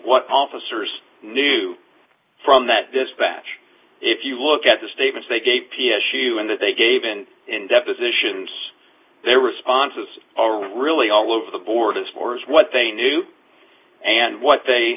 what officers knew from that this batch if you look at the statements they gave p s u and that they gave in in depositions their responses are really all over the board as more as what they knew and what they